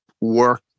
work